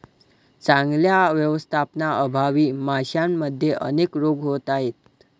चांगल्या व्यवस्थापनाअभावी माशांमध्ये अनेक रोग होत आहेत